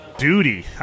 Duty